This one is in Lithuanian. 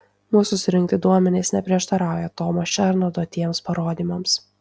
mūsų surinkti duomenys neprieštarauja tomo šerno duotiems parodymams